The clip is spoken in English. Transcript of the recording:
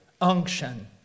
unction